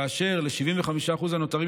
אשר ל-75% הנותרים,